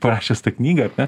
parašęs tą knygą ar ne